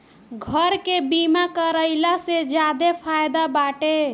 घर के बीमा कराइला से ज्यादे फायदा बाटे